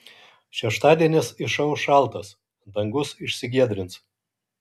šeštadienis išauš šaltas dangus išsigiedrins